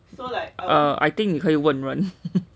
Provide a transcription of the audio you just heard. uh I think you 你可以问人